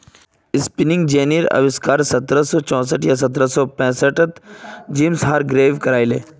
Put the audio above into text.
spinning जेनीर अविष्कार सत्रह सौ चौसठ या सत्रह सौ पैंसठ त जेम्स हारग्रीव्स करायले